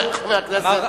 חבר הכנסת נסים זאב.